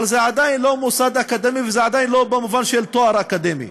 אבל זה עדיין לא מוסד אקדמי וזה עדיין לא במובן של תואר אקדמי.